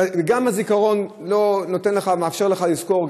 וגם הזיכרון לא מאפשר לך לזכור.